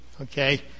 Okay